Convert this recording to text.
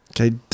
Okay